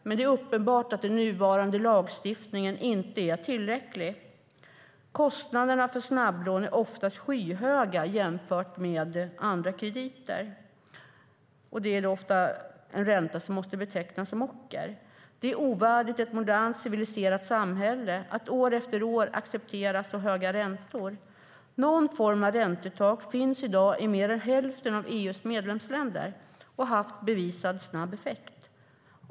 Men det är uppenbart att den nuvarande lagstiftningen inte är tillräcklig. Kostnaderna för snabblån är oftast skyhöga jämfört med andra krediter. Det är ofta en ränta som måste betecknas som ocker. Det är ovärdigt ett modernt, civiliserat samhälle att år efter år acceptera så höga räntor. Någon form av räntetak finns i dag i mer än hälften av EU:s medlemsländer. Det har haft bevisat snabb effekt.